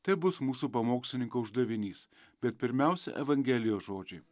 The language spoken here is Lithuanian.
tai bus mūsų pamokslininko uždavinys bet pirmiausia evangelijos žodžiai